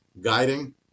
guiding